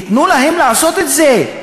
ייתנו להם לעשות את זה.